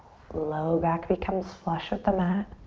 low back becomes flush with the mat.